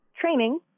training